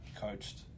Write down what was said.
coached